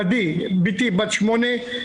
עדי בתי בת שמונה,